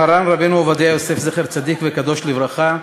מרן רבנו עובדיה יוסף, זכר צדיק וקדוש לברכה,